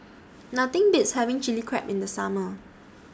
Nothing Beats having Chili Crab in The Summer